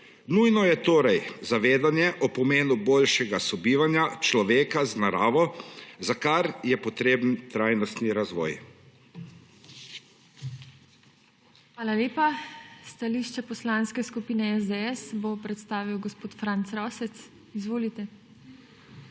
Nujno je torej zavedanje o pomenu boljšega sobivanja človeka z naravo, za kar je potreben trajnostni razvoj. **PODPREDSEDNICA TINA HEFERLE:** Hvala lepa. Stališče Poslanske skupine SDS bo predstavil gospod Franc Rosec. Izvolite.